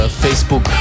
Facebook